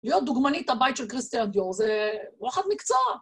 להיות דוגמנית הבית של קריסטיאן דיור זה וואחד מקצוע.